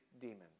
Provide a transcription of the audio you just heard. demons